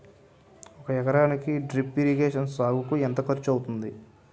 ఒక ఎకరానికి drip irrigation సాగుకు ఎంత ఖర్చు అవుతుంది?